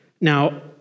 Now